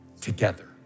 together